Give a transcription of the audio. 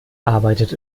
arbeitet